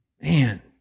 Man